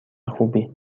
خوبی